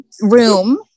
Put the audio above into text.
room